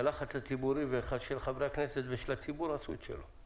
הלחץ הציבורי של חברי הכנסת ושל הציבור עשה את שלו.